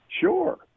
Sure